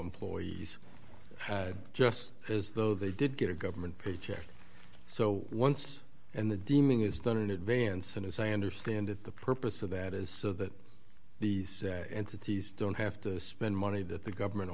employees had just as though they did get a government paycheck so once and the deeming is done in advance and as i understand it the purpose of that is so that these entities don't have to spend money that the government